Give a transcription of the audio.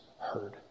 heard